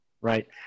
right